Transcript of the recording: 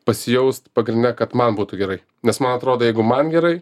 pasijaust pagrinde kad man būtų gerai nes man atrodo jeigu man gerai